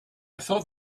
thought